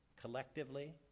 collectively